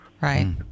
Right